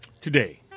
Today